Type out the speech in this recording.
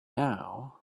now